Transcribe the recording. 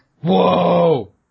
Whoa